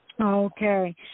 Okay